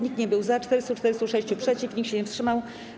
Nikt nie był za, 446 - przeciw, nikt się nie wstrzymał.